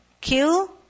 Kill